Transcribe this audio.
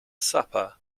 supper